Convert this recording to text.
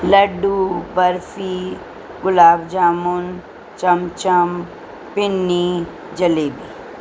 لڈو برفی گلاب جامن چمچم پنی جلیبی